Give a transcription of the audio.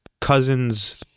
cousin's